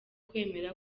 kwemera